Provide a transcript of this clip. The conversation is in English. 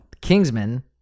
Kingsman